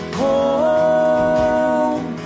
home